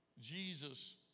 Jesus